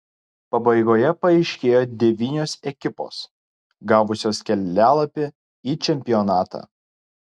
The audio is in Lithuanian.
pabaigoje paaiškėjo devynios ekipos gavusios kelialapį į čempionatą